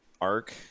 ARC